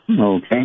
okay